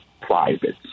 private